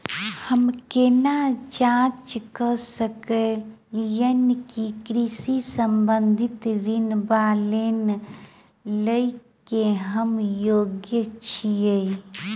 हम केना जाँच करऽ सकलिये की कृषि संबंधी ऋण वा लोन लय केँ हम योग्य छीयै?